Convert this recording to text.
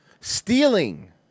stealing